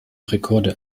rekorde